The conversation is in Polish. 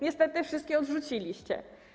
Niestety wszystkie odrzuciliście.